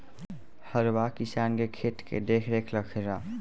हरवाह किसान के खेत के देखरेख रखेला